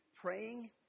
praying